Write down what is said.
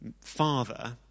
father